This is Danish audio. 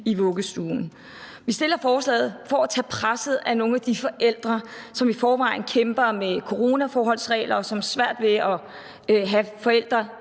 i vuggestuen. Vi stiller forslaget for at tage presset af nogle af de forældre, som i forvejen kæmper med coronaforholdsregler, og for at afhjælpe